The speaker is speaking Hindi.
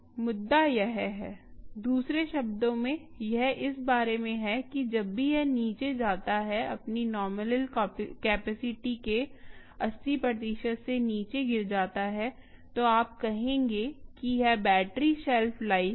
मुद्दा यह है दूसरे शब्दों में यह इस बारे में है कि जब भी यह नीचे जाता है अपनी नॉमिनल कैपेसिटी के के 80 प्रतिशत से नीचे गिर जाता है तो आप कहेंगे कि यह बैटरी शेल्फ लाइफ है